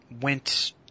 went